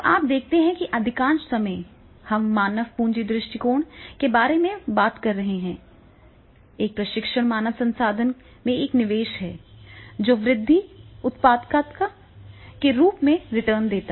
अब आप देखते हैं कि अधिकांश समय हम मानव पूंजी दृष्टिकोण के बारे में बात कर रहे हैं एक प्रशिक्षण मानव संसाधन में एक निवेश है जो वृद्धि उत्पादकता के रूप में रिटर्न देता है